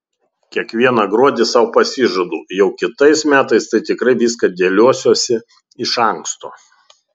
kiekvieną gruodį sau pasižadu jau kitais metais tai tikrai viską dėliosiuosi iš anksto